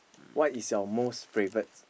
what is your most favourite